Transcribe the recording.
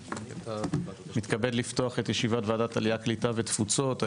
אני מתכבד לפתוח את ועדת עלייה הקליטה והתפוצות,